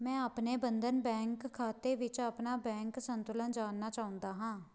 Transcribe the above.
ਮੈਂ ਆਪਣੇ ਬੰਧਨ ਬੈਂਕ ਖਾਤੇ ਵਿੱਚ ਆਪਣਾ ਬੈਂਕ ਸੰਤੁਲਨ ਜਾਣਨਾ ਚਾਹੁੰਦਾ ਹਾਂ